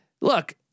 Look